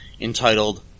entitled